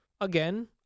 again